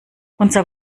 unser